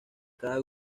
cada